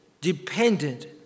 dependent